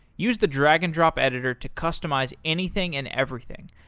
use the drag and drop editor to customize anything and everything.